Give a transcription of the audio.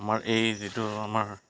আমাৰ এই যিটো আমাৰ